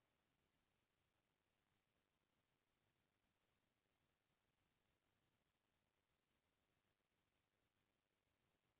गाँव डाहर जेन गोंदा फूल देखथन तेन ह नान नान रहिथे, एला देसी किसम गोंदा फूल घलोक कहि सकत हस